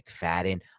McFadden